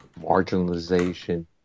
marginalization